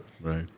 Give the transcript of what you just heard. Right